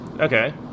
Okay